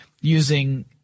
using